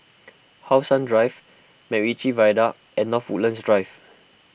How Sun Drive MacRitchie Viaduct and North Woodlands Drive